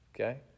Okay